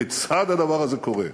כיצד הדבר הזה קורה?